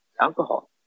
alcohol